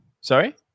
Sorry